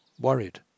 worried